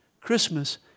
Christmas